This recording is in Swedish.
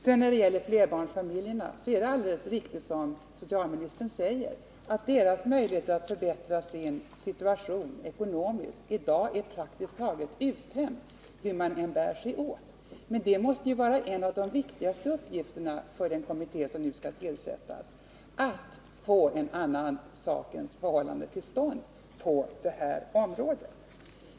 Sedan, när det gäller flerbarnsfamiljerna, är det alldeles riktigt som socialministern säger att deras möjligheter att ekonomiskt förbättra sin situation i dag är praktiskt taget uttömda, hur de än bär sig åt. Men en av de viktigaste uppgifterna för den kommitté som nu skall tillsättas måste ju vara att få en annan tingens ordning till stånd på det området.